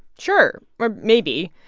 sure or maybe.